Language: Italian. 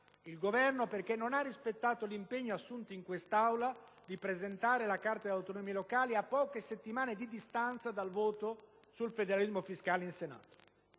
il Governo, perché non ha rispettato l'impegno assunto in quest'Aula di presentare la Carta delle autonomie locali a poche settimane di distanza dal voto sul federalismo fiscale in Senato.